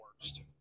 worst